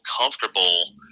comfortable